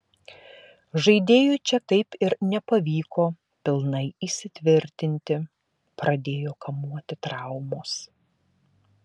žaidėjui čia taip ir nepavyko pilnai įsitvirtinti pradėjo kamuoti traumos